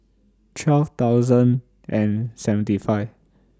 twelve thousand and seventy five